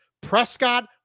Prescott